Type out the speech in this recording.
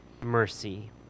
mercy